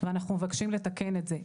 ואנחנו מבקשים לתקן את זה.